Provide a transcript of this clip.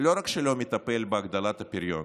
לא רק שלא מטפל בהגדלת הפריון,